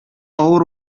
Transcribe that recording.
авыр